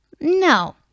No